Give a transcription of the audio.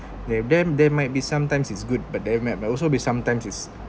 there're them there might be sometimes it's good but there might might also be sometimes is